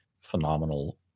phenomenal